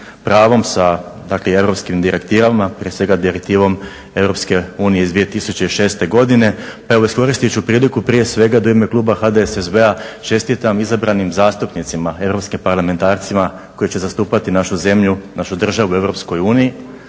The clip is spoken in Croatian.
dakle i europskim direktivama. Prije svega Direktivom Europske unije iz 2006. godine. Pa evo iskoristiti ću priliku prije svega da u ime Kluba HDSSB-a čestitam izabranim zastupnicima Europskim parlamentarcima koji će zastupati našu zemlju, našu državu u